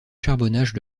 charbonnages